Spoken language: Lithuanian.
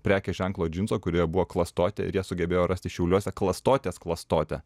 prekės ženklo džinso kurioje buvo klastotė ir jie sugebėjo rasti šiauliuose klastotės klastotę